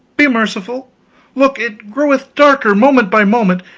be merciful look, it groweth darker, moment by moment.